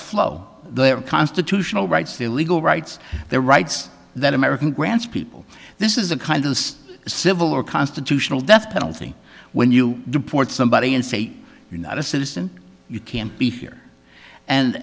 their constitutional rights their legal rights the rights that american grants people this is a kind of civil or constitutional death penalty when you deport somebody and say you're not a citizen you can't be here and